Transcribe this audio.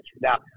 now